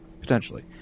potentially